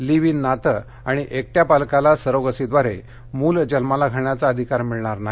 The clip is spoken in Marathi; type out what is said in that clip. लिव इन नाते आणि एकट्या पालकाला सरोगसीद्वारे मूल जन्माला घालण्याचा अधिकार मिळणार नाही